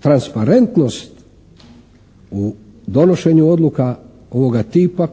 Transparentnost u donošenju odluka ovoga tipa